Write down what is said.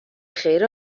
خیر